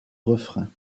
refrain